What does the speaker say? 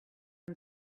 and